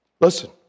Listen